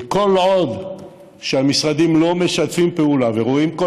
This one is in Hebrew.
כל עוד המשרדים לא משתפים פעולה ורואים כל